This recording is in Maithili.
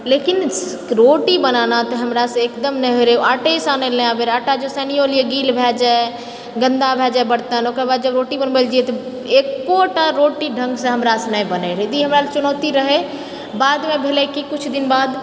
लेकिन रोटी बनाना तऽ हमरासे एकदम नहि होय रहै आटे सानल नहि आबै रहै आटा जे सानियो लियै गील भए जाए गन्दा भए जाए बर्तन ओकर बाद जब रोटी बनबै लए जाइऐ तऽ एको टा रोटी ढ़ङ्गसँ हमरासँ नहि बनै रहै तऽ ई हमरा लऽ चुनौती रहै बादमे भेलै कि किछु दिन बाद